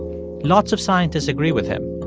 lots of scientists agree with him.